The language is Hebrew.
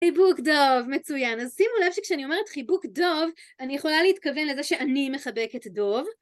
חיבוק דוב, מצוין. אז שימו לב שכשאני אומרת חיבוק דוב, אני יכולה להתכוון לזה שאני מחבקת דוב.